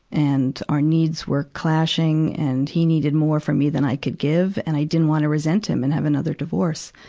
and our needs were clashing, and he needed more from me than i could give, and i didn't wanna resent him and have another divorce.